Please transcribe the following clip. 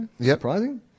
surprising